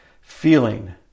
feeling